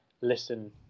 listen